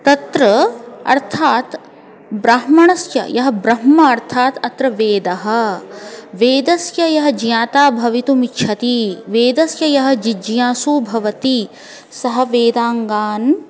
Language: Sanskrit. तत्र अर्थात् ब्राह्मणस्य यः ब्रह्मः अर्थात् अत्र वेदः वेदस्य यः ज्ञाता भवितुम् इच्छति वेदस्य यः जिज्ञासु भवति सः वेदाङ्गान्